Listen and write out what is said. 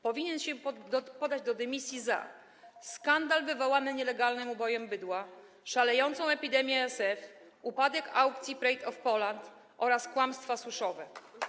Powinien się podać do dymisji za: skandal wywołany nielegalnym ubojem bydła, szalejącą epidemię ASF, upadek aukcji Pride of Poland oraz kłamstwo suszowe.